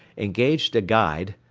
engaged a guide,